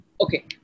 Okay